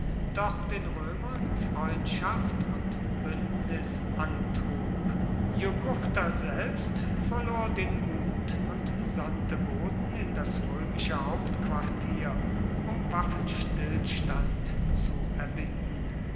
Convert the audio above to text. doch den römern freundschaft und bündnis antrug jugurtha selbst verlor den mut und sandte boten in das römische hauptquartier um waffenstillstand zu erbitten